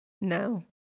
no